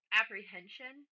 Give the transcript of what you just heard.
apprehension